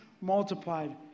multiplied